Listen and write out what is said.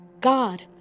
God